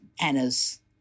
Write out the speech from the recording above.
Anna's